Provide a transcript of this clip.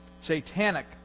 satanic